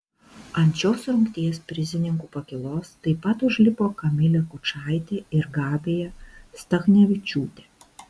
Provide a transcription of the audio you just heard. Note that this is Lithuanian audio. ant šios rungties prizininkų pakylos taip pat užlipo kamilė kučaitė ir gabija stachnevičiūtė